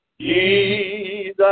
Jesus